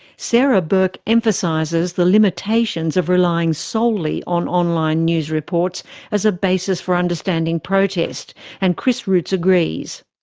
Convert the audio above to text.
sara burke emphasises the limitations of relying solely on online news reports as a basis for understanding protest and chris rootes agrees.